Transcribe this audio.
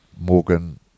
Morgan